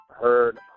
heard